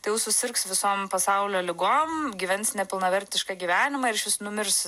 tai jau susirgs visom pasaulio ligom gyvens nepilnavertišką gyvenimą ir išvis numirs